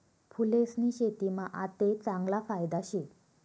फूलेस्नी शेतीमा आते चांगला फायदा शे